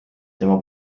tema